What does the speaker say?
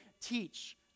teach